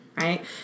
right